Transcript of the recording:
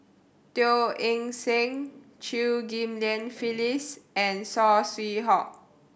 Teo Eng Seng Chew Ghim Lian Phyllis and Saw Swee Hock